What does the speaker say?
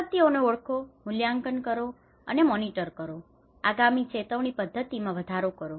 આપત્તિઓને ઓળખો મૂલ્યાંકન કરો અને મોનિટર કરો અને આગામી ચેતવણી પદ્ધતિમાં વધારો કરો